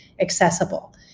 accessible